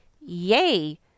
Yay